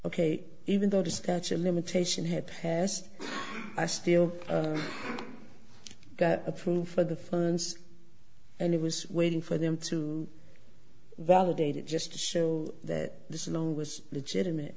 k even though the statue of limitation had passed i still got approved for the funds and it was waiting for them to validate it just to show that this loan was legitimate